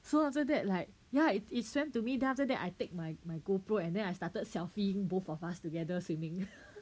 so after that like right it swam to me then after that I take my my Gopro and then I started selfie-ing both of us together swimming